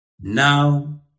now